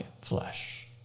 flesh